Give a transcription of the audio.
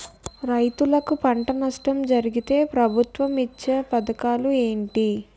రైతులుకి పంట నష్టం జరిగితే ప్రభుత్వం ఇచ్చా పథకాలు ఏంటి?